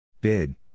Bid